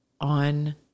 on